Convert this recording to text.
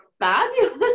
fabulous